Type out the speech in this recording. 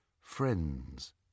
Friends